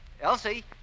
Elsie